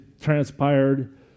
transpired